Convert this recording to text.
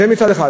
זה מצד אחד.